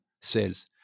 sales